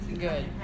good